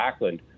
Backlund